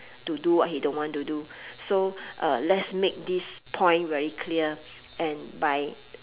to do what he don't want to do so uh let's make this point very clear and by